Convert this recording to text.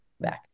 back